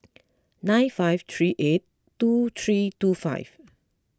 nine five three eight two three two five